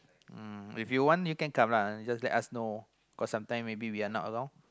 uh if you want you can come lah you just let us know cause some time maybe we are not around